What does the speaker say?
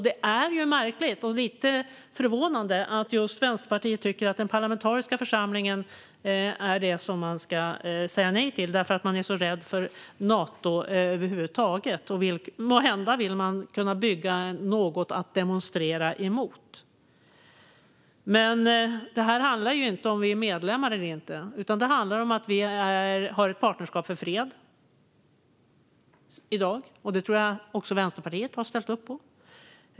Det är märkligt och lite förvånande att just Vänsterpartiet tycker att den parlamentariska församlingen är det som man ska säga nej till. Man är rädd för Nato över huvud taget, och måhända vill man kunna bygga något att demonstrera emot. Det här handlar inte om huruvida vi är medlemmar eller inte, utan det handlar om att vi har ett partnerskap för fred i dag. Det tror jag att också Vänsterpartiet har ställt upp på.